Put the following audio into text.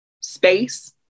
space